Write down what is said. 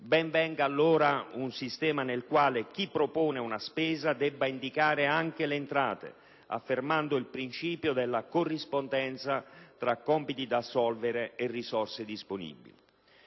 ben venga allora un sistema nel quale chi propone una spesa debba indicare anche le entrate, affermando il principio della corrispondenza tra compiti da assolvere e risorse disponibili.